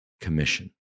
Commission